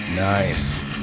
nice